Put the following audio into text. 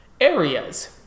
areas